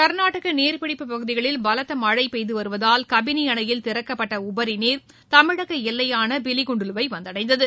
கர்நாடக நீர்ப்பிடிப்பு பகுதிகளில் பலத்த மஸ்டி பெய்து வருவதால் கபினி அணையில் திறக்கப்பட்ட உபரி நீர் தமிழக எல்லையான பிலிகுண்டுலுவை வந்தடைந்தது